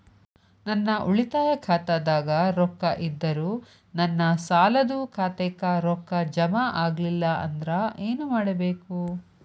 ನನ್ನ ಉಳಿತಾಯ ಖಾತಾದಾಗ ರೊಕ್ಕ ಇದ್ದರೂ ನನ್ನ ಸಾಲದು ಖಾತೆಕ್ಕ ರೊಕ್ಕ ಜಮ ಆಗ್ಲಿಲ್ಲ ಅಂದ್ರ ಏನು ಮಾಡಬೇಕು?